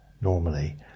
normally